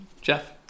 Jeff